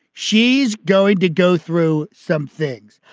she's going to go through some things.